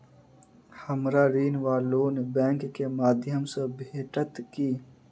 हमरा ऋण वा लोन बैंक केँ माध्यम सँ भेटत की?